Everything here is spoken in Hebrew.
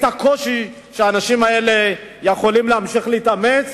את הקושי לאנשים האלה להמשיך להתאמץ.